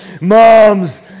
Moms